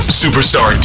superstar